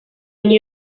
nie